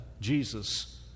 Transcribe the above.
Jesus